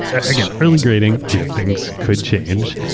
again, early grading. you know things could change.